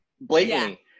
blatantly